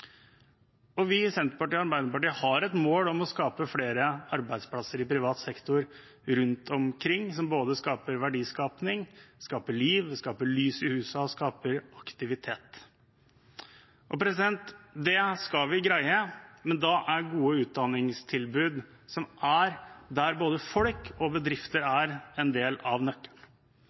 Senterpartiet og Arbeiderpartiet har et mål om å skape flere arbeidsplasser i privat sektor rundt omkring, som både fører til verdiskaping, som skaper liv og lys i husene og skaper aktivitet. Det skal vi greie, men da er gode utdanningstilbud som er der både folk og bedrifter er, en del av nøkkelen.